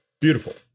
Beautiful